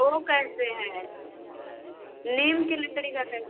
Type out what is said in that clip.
वह कैसे है नीम की लकड़ी का कैसे